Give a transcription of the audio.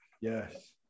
Yes